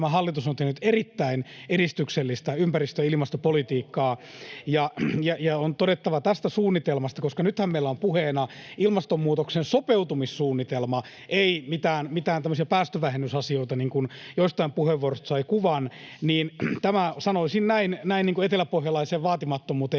tämä hallitus on tehnyt erittäin edistyksellistä ympäristö- ja ilmastopolitiikkaa. [Arto Satonen: Rahoitus puuttuu!] On todettava tästä suunnitelmasta — koska nythän meillä on puheena ilmastonmuutoksen sopeutumissuunnitelma, eivät mitkään tämmöiset päästövähennysasiat, niin kuin joistain puheenvuoroista sai kuvan: sanoisin näin niin kuin eteläpohjalaiseen vaatimattomuuteen